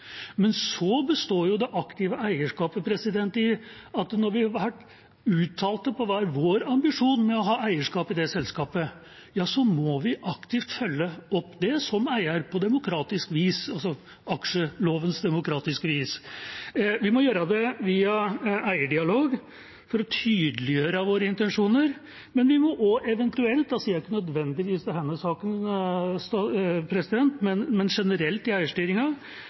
Men så består det aktive eierskapet i at når vi har uttalt hva vår ambisjon er med å ha eierskap i det selskapet, må vi som eier aktivt følge det opp, på aksjelovens demokratiske vis. Vi må gjøre det via eierdialog for å tydeliggjøre våre intensjoner, men vi må også eventuelt – jeg sier ikke at det nødvendigvis gjelder denne saken, men generelt i